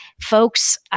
folks